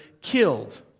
killed